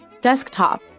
Desktop